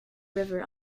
river